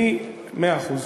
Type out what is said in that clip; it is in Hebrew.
מאה אחוז.